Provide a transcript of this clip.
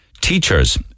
teachers